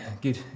Good